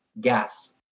gas